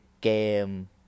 game